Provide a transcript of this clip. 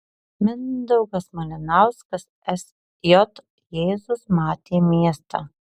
mindaugas malinauskas sj jėzus matė miestą